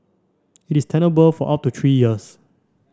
it is tenable for up to three years